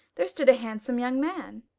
there stood a handsome young man.